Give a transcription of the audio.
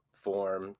form